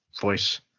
voice